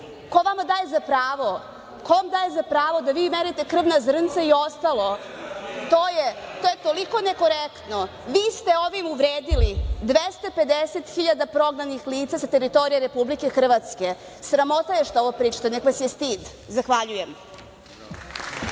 Ko vama daje za pravo da vi merite krvna zrnca i ostalo? To je toliko nekorektno. Vi ste ovim uvredili 250.000 prognanih lica sa teritorije Republike Hrvatske. Sramota je što ovo pričate. Neka vas je stid. Zahvaljujem.